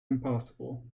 impossible